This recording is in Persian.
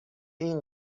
این